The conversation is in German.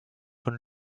von